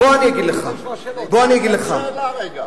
תן שאלה רגע.